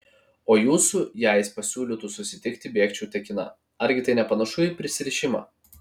o jūsų jei jis pasiūlytų susitikti bėgčiau tekina argi tai nepanašu į prisirišimą